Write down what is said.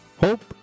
hope